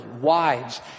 wives